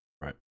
right